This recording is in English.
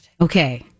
Okay